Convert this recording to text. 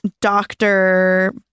doctor